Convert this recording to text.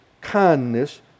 kindness